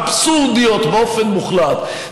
אבסורדיות באופן מוחלט.